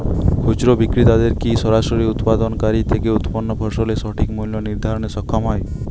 খুচরা বিক্রেতারা কী সরাসরি উৎপাদনকারী থেকে উৎপন্ন ফসলের সঠিক মূল্য নির্ধারণে সক্ষম হয়?